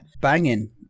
banging